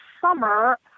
summer